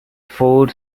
ford